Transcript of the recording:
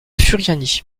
furiani